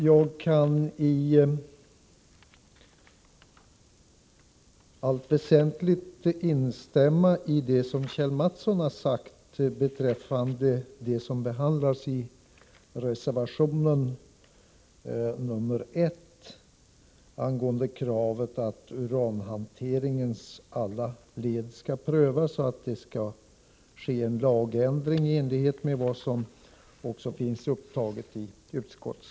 Jag kan i allt väsentligt instämma i det som Kjell Mattsson har sagt beträffande reservation nr 1 angående kravet att uranhanteringens alla led skall prövas och att det skall ske en lagändring i enlighet med vad som sägs i utskottsbetänkandet.